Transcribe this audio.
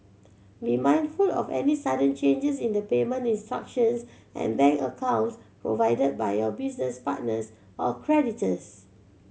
be mindful of any sudden changes in the payment instructions and bank accounts provided by your business partners or creditors